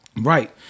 Right